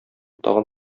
тагын